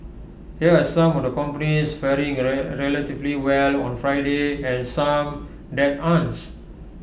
here are some of the companies faring relatively well on Friday and some that aren'ts